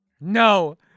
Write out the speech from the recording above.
No